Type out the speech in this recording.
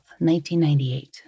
1998